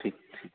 ठीक